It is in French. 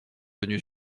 venus